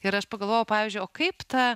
ir aš pagalvojau pavyzdžiui o kaip ta